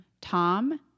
Tom